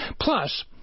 Plus